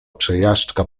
przejażdżka